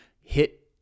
hit